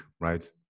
right